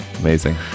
Amazing